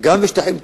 בשטחים פתוחים,